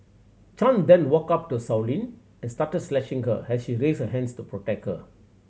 Chan then walked up to Sow Lin and started slashing her as she raised her hands to protect her